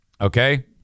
Okay